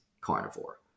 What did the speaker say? carnivore